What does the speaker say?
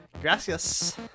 Gracias